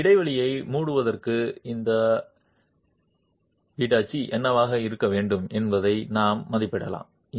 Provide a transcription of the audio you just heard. பின்னர் இடைவெளியை மூடுவதற்கு இந்த Δg என்னவாக இருக்க வேண்டும் என்பதை நாம் மதிப்பிடலாம்